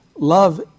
Love